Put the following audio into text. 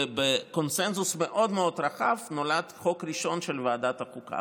ובקונסנזוס מאוד מאוד רחב נולד חוק ראשון של ועדת החוקה.